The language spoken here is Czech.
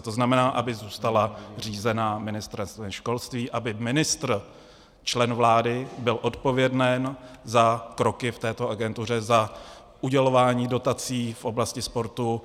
To znamená, aby zůstala řízena Ministerstvem školství, aby ministr, člen vlády, byl odpověden za kroky v této agentuře, za udělování dotací v oblasti sportu.